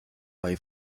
bei